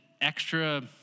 extra